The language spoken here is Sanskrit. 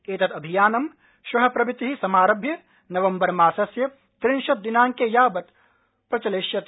एतदभियानं श्व प्रभृति समारभ्य नवम्बरमासस्य त्रिंशत् दिनांकं यावत् प्रचलिष्यति